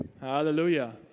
Hallelujah